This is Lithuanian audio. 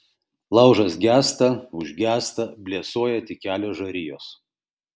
laužas gęsta užgęsta blėsuoja tik kelios žarijos